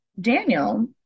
daniel